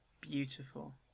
Beautiful